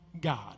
God